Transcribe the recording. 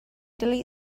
delete